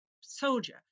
soldier